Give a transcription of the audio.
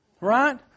Right